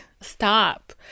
Stop